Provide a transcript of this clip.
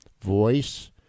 voice